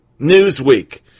newsweek